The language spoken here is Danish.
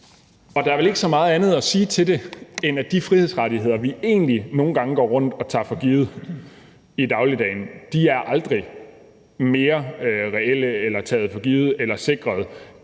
Og der er vel ikke så meget andet at sige til det, end at de frihedsrettigheder, vi egentlig nogle gange går rundt og tager for givet i dagligdagen, aldrig er mere reelle eller givne eller sikrede,